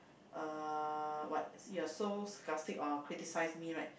uh what you are so sacarstic or criticise me right